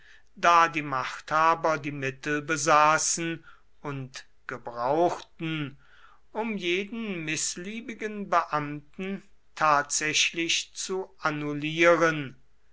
da die machthaber die mittel besaßen und gebrauchten um jeden mißliebigen beamten tatsächlich zu annullieren